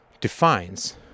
defines